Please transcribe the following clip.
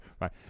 right